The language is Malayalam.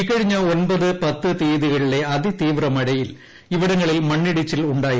ഇക്കഴിഞ്ഞ ഒമ്പത് പത്ത് തീയതികളിലെ അതിതീവ്ര മഴയിൽ ഇവിടങ്ങളിൽ മണ്ണിടിച്ചിലുണ്ടായിരുന്നു